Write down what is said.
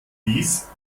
dies